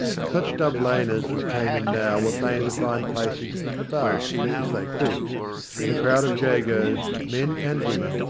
such dove-laners as came in now were fain to find places in the bar, if they could and a crowd of jagos, men and women,